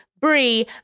Bree